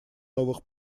новых